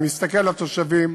אני מסתכל על התושבים.